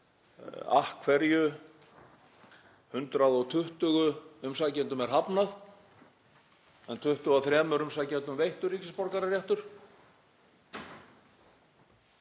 af hverju 120 umsækjendum er hafnað en 23 umsækjendum veittur ríkisborgararéttur.